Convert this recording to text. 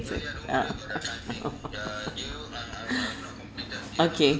sec~ ah okay